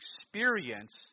experience